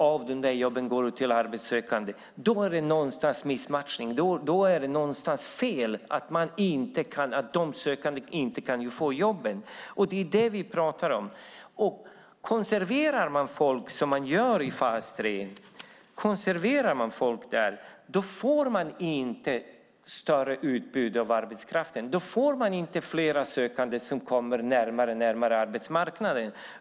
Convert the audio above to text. Då är det någonstans fråga om en missmatchning. Då är det någonstans ett fel när de jobbsökande inte får jobben. Det är vad vi pratar om. När folk konserveras i fas 3 blir det inte ett större utbud av arbetskraft. Då blir det inte fler sökande som kommer närmare arbetsmarknaden.